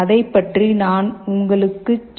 அதைப் பற்றி நான் உங்களுக்குச் சொல்லுவேன்